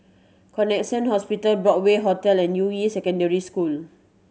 Connexion Hospital Broadway Hotel and Yuying Secondary School